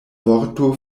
vorto